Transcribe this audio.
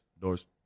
doors